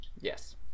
Yes